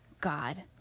God